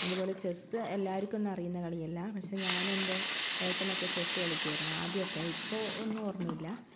അതുപോലെ ചെസ്സ് എല്ലാവർക്കുമൊന്നും അറിയുന്ന കളിയല്ല പക്ഷേ ഞാനുമെന്റെ ഏട്ടനുമൊക്കെ ചെസ്സ് കളിക്കുമായിരുന്നു ആദ്യമൊക്കെ ഇപ്പോള് ഒന്നുമോര്മയില്ല